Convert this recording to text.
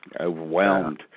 overwhelmed